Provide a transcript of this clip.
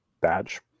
badge